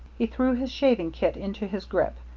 he threw his shaving kit into his grip,